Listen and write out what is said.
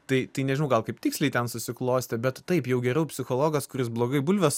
tai nežinau gal kaip tiksliai ten susiklostė bet taip jau geriau psichologas kuris blogai bulves